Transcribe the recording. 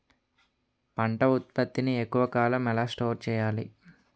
పంట ఉత్పత్తి ని ఎక్కువ కాలం ఎలా స్టోర్ చేయాలి?